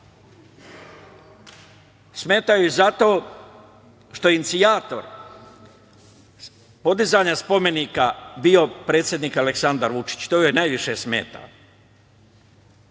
Smeta joj zato što je inicijator podizanja spomenika bio predsednik Aleksandar Vučić. To joj najviše smeta